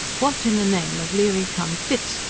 what, in the name of leary-cum-fitz,